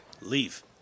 leave